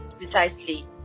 Precisely